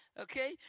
Okay